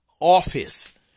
office